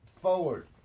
forward